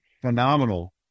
phenomenal